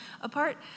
apart